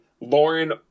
Lauren